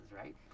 right